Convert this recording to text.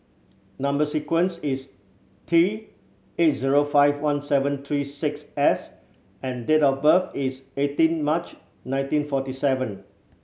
number sequence is T eight zero five one seven three six S and date of birth is eighteen March nineteen forty seven